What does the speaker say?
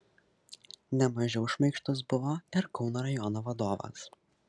ne mažiau šmaikštus buvo ir kauno rajono vadovas